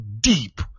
deep